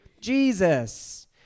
Jesus